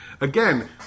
Again